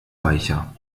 reicher